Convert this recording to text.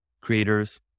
creators